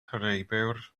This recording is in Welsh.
rheibiwr